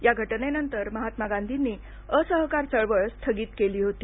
या घटनेनंतर महात्मा गांधींनी असहकार चळवळ स्थगित केली होती